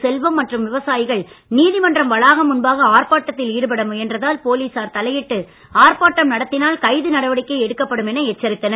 செல்வம் மற்றும் விவசாயிகள் நீதிமன்றம் வளாகம் முன்பாக ஆர்ப்பாட்டத்தில் ஈடுபட முயன்றதால் போலீசார் தலையிட்டு ஆர்ப்பாட்டம் நடத்தினால் கைது நடவடிக்கை எடுக்கப்படும் என எச்சரித்தனர்